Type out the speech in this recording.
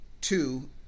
two